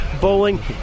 Bowling